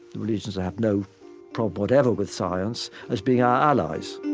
religions that have no problem whatever with science, as being our allies